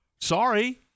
Sorry